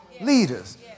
leaders